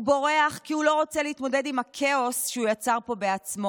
הוא בורח כי הוא לא רוצה להתמודד עם הכאוס שהוא יצר פה בעצמו.